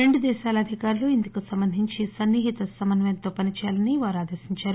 రెండుదేశాల అధికారులు ఇందుకు సంబంధించి సన్ని హిత సమన్వయంతో పనిచేయాలని వారు ఆదేశించారు